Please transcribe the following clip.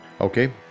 Okay